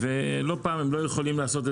לא פעם הם לא יכולים לעשות זאת,